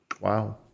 Wow